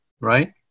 right